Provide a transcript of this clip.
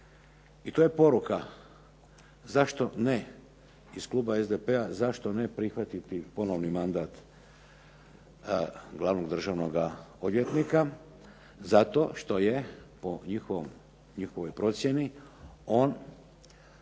i to je poruka zašto ne, iz Kluba SDP-a zašto ne prihvatiti ponovni mandat glavnog državnog odvjetnika. Zato što je po njihovoj procjeni on